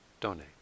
donate